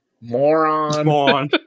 Moron